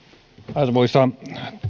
arvoisa